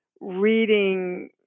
reading